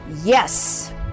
yes